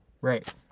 right